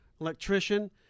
electrician